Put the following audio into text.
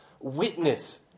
witness